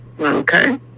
okay